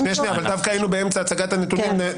שנייה, היינו באמצע הצגת הנתונים.